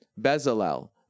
Bezalel